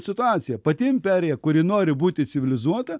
situacija pati imperija kuri nori būti civilizuota